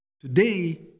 Today